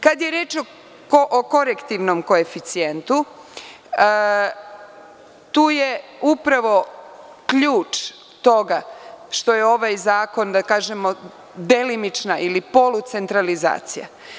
Kada je reč o korektivnom koeficijentu, tu je upravo ključ toga što je ovaj zakon, da kažemo, delimična ili polucentralizacija.